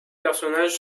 personnages